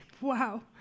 Wow